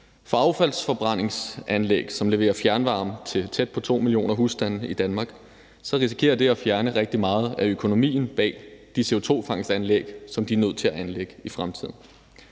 For affaldsforbrændingsanlæg, som leverer fjernvarme til tæt på 2 millioner husstande i Danmark, risikerer det at fjerne rigtig meget af økonomien bag de CO2-fangstsanlæg, som de er nødt til at anlægge i fremtiden,